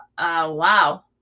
wow